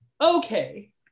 Okay